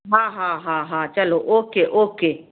हा हा हा हा चलो ओके ओके